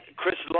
Chris